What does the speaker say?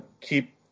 keep